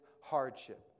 hardship